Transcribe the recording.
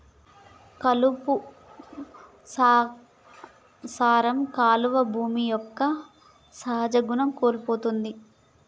కలుపు సంహార కాలువల్ల భూమి యొక్క సహజ గుణం కోల్పోతుంది